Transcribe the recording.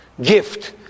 gift